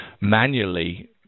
manually